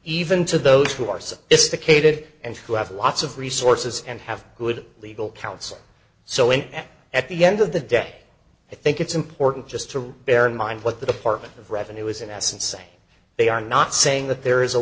even to those who are sophisticated and who have lots of resources and have good legal counsel so in that at the end of the day i think it's important just to rule bear in mind what the department of revenue is in essence say they are not saying that there is a